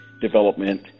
Development